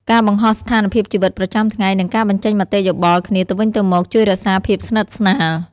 ការបង្ហោះស្ថានភាពជីវិតប្រចាំថ្ងៃ និងការបញ្ចេញមតិយោបល់គ្នាទៅវិញទៅមក ជួយរក្សាភាពស្និទ្ធស្នាល។